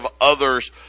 others